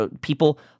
people